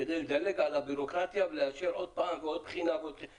כדי לדלג על הבירוקרטיה ולאשר עוד פעם ועוד בחינה ועוד בחינה,